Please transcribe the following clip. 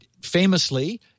Famously